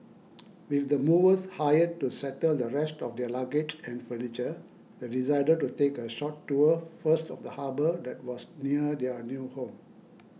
with the movers hired to settle the rest of their luggage and furniture they decided to take a short tour first of the harbour that was near their new home